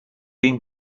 been